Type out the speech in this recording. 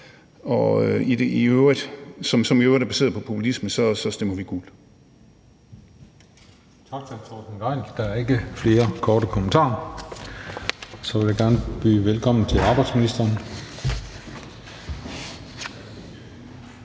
som i øvrigt er baseret på populisme, så stemmer vi gult.